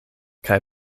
kaj